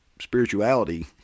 spirituality